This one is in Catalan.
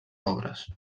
pobres